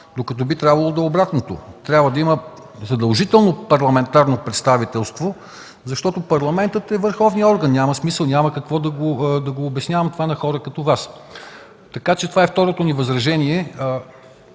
канят. Би трябвало да е обратното: да има задължително парламентарно представителство, защото Парламентът е върховният орган. Няма смисъл да обяснявам това на хора като Вас. Това е второто ни възражение.